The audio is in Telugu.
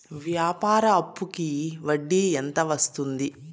వ్యాపార అప్పుకి వడ్డీ ఎంత వస్తుంది?